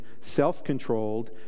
self-controlled